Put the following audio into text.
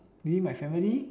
maybe my family